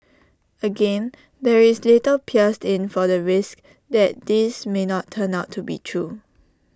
again there is little pierced in for the risk that this may not turn out to be true